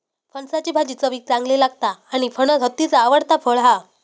फणसाची भाजी चवीक चांगली लागता आणि फणस हत्तीचा आवडता फळ हा